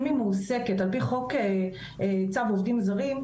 אם היא מועסקת על פי חוק צו עובדים זרים,